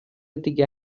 دیگه